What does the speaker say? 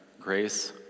Grace